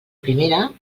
primera